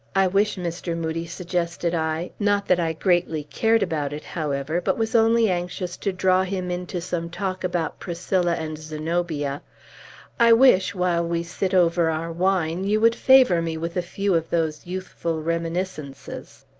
i wish, mr. moodie, suggested i not that i greatly cared about it, however, but was only anxious to draw him into some talk about priscilla and zenobia i wish, while we sit over our wine, you would favor me with a few of those youthful reminiscences.